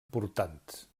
portants